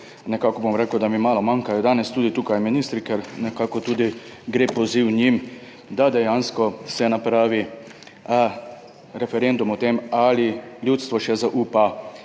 Nekako bom rekel, da mi malo manjkajo danes tudi tukaj ministri, ker nekako tudi gre poziv njim, da dejansko se napravi referendum o tem ali ljudstvo še zaupa